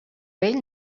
vell